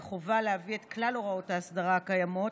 חובה להביא את כלל הוראות האסדרה הקיימות,